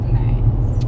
nice